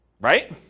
right